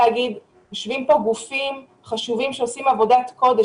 יושבים פה גופים חשובים שעושים עבודת קודש.